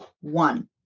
one